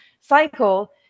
cycle